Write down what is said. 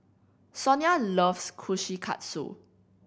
Sonya loves Kushikatsu